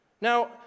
Now